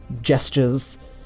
gestures